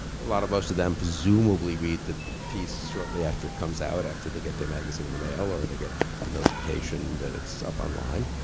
a lotta, most of them presumably read the piece shortly after it comes out, after they get their magazine in the mail. or they get a notification that it's up online.